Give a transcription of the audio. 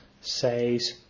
says